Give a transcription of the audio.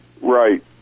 Right